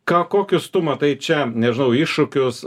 ką kokius tu matai čia nežinau iššūkius